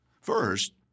First